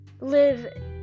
live